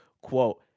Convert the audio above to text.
quote